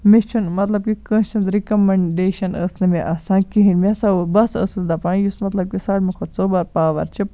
مےٚ چھِ نہٕ مطلب کہِ کٲنسہِ ہُنٛد رِکَمنڈیشن ٲس نہٕ مےٚ آسان کِہینۍ مےٚ ہسا او بہٕ سا ٲسٕس دَپان یُس مطلب کہِ ساروی کھۄتہٕ سُپر پاور چھِ